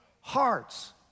hearts